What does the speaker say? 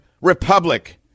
republic